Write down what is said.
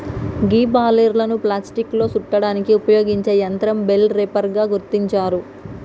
గీ బలేర్లను ప్లాస్టిక్లో సుట్టడానికి ఉపయోగించే యంత్రం బెల్ రేపర్ గా గుర్తించారు